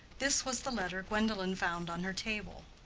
this was the letter gwendolen found on her table,